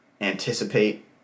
anticipate